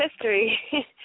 history